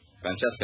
Francesca